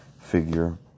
figure